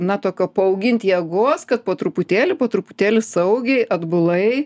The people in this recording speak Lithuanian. na tokio paaugint jėgos kad po truputėlį po truputėlį saugiai atbulai